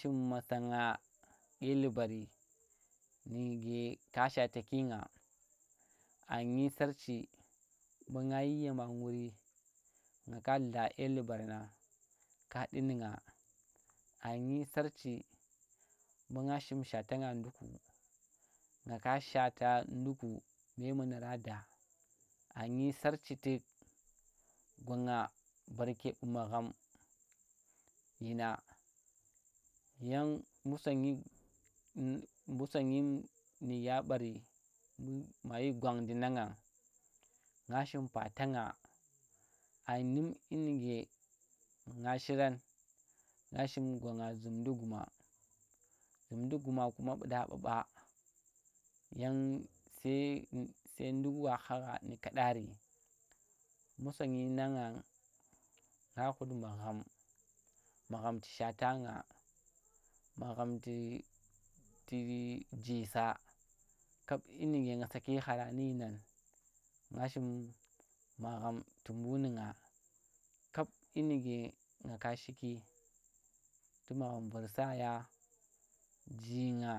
Nga shim masa nga dyelubari, nuge ka shata ki nga, a ny sarchi mbu nga yir ye ma nguri, nga ka ka dye lubar nang kaɗu̱ nu̱ nga anny sarchi. Mbu nga shim shwata nga nduku, nga ka shata nga nduku, nga ka shata nduku memunara da, anyi sarchi tuk gwanga barke ɓu magham dyina yang mbu sonnyi mbu sonyi nuge a ɓari mayi gwandi nang ngang. Nga shim pata nga a num dyi nuge ngu shiran, ngu shim gwanga zumdi guma, zumɗi guma kuma mbu ɗa ɓa ɓu, yang sai eh sia nduk wa khagha nu kaɗari. Mbu sonnyi nang ngang. Nga khud magham, magham tu shata nga, magham ti, ti ji sa kap dyi nuke nga saki khara nu dyi nan, ngu shim magham tu mbu nu nga, dyi nuge nga ku shiki, tu magham vir sa ya, jinga